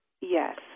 Yes